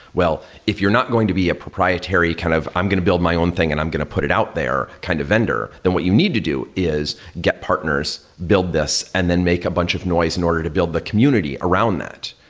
well, if you're not going to be a proprietary kind of, i'm going to build my own thing and i'm going to put it out there, kind of vendor, then what you need to do is get partners, build this and then make a bunch of noise in order to build the community around that.